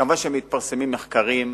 מובן שמתפרסמים מחקרים.